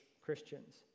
Christians